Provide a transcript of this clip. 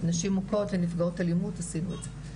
נשים מוכות ונפגעות אלימות עשינו את זה.